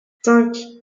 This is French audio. cinq